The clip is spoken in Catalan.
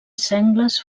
sengles